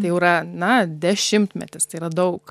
tai jau yra na dešimtmetis tai yra daug